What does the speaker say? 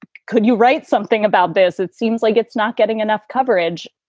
could you write something about this? it seems like it's not getting enough coverage.